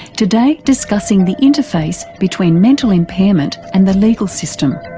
today discussing the interface between mental impairment and the legal system.